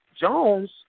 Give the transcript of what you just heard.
Jones